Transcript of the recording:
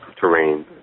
terrain